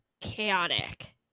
chaotic